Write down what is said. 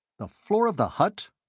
the floor of the hut?